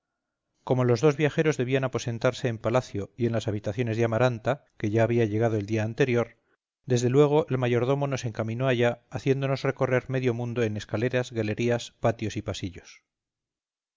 como los dos viajeros debían aposentarse en palacio y en las habitaciones de amaranta que ya había llegado el día anterior desde luego el mayordomo nos encaminó allá haciéndonos recorrer medio mundo en escaleras galerías patios y pasillos